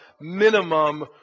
minimum